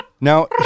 Now